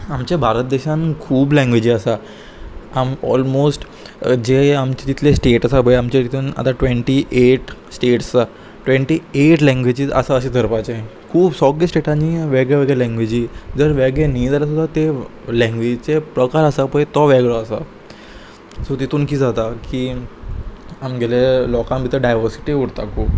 आमच्या भारत देशान खूब लँग्वेजी आसा आम ऑलमोस्ट जे आमचे तितले स्टेट आसा पळय आमचे तितून आतां ट्वेंटी एट स्टेट्स आसा ट्वेंटी एट लँग्वेजीस आसा अशें धरपाचें खूब सगले स्टेटांनी वेगळेवेगळे लँगवेजी जर वेगळे न्ही जर आसा ते लँग्वेजीचे प्रकार आसा पळय तो वेगळो आसा सो तितून किदें जाता की आमगेले लोकां भितर डायवर्सिटी उरता खूब